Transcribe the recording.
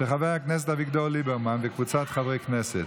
של חבר הכנסת אביגדור ליברמן וקבוצת חברי הכנסת.